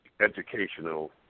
educational